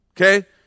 okay